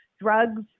drugs